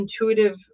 intuitive